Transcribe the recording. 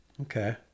Okay